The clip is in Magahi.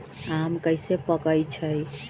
आम कईसे पकईछी?